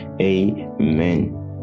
Amen